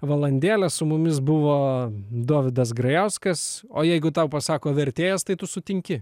valandėlę su mumis buvo dovydas grajauskas o jeigu tau pasako vertėjas tai tu sutinki